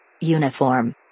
Uniform